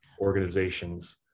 organizations